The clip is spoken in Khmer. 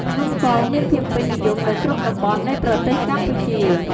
នំកង មានភាពពេញនិយមនៅគ្រប់តំបន់នៃប្រទេសកម្ពុជា។